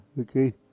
okay